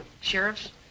sheriffs